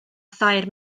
thair